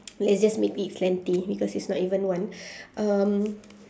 let's just make it plenty because it's not even one um